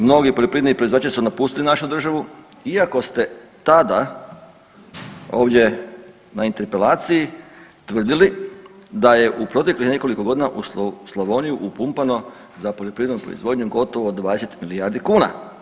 Mnogi poljoprivredni proizvođači su napustili našu državu iako ste tada ovdje na interpelaciji tvrdili da je u proteklih nekoliko godina u Slavoniju upumpano za poljoprivrednu proizvodnju gotovo 20 milijardi kuna.